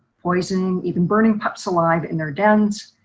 poisoning even burning pups alive in their dens.